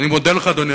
אני מודה לך, אדוני.